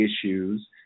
issues